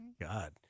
God